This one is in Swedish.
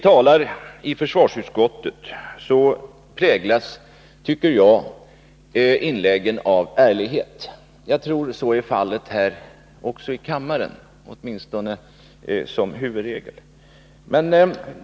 Inläggen i försvarsutskottet präglas enligt min mening av ärlighet. Jag tror att så är fallet också här i kammaren. Åtminstone bör det vara huvudregeln.